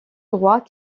droit